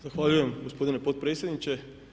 Zahvaljujem gospodine potpredsjedniče.